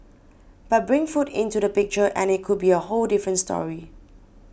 but bring food into the picture and it could be a whole different story